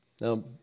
Now